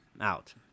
out